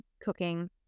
cooking